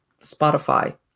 Spotify